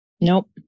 Nope